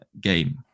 game